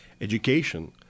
education